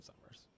Summers